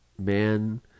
man